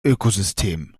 ökosystem